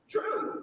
True